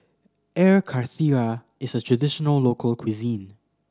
Air Karthira is a traditional local cuisine